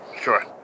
Sure